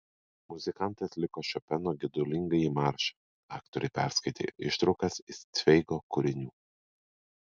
muzikantai atliko šopeno gedulingąjį maršą aktoriai perskaitė ištraukas iš cveigo kūrinių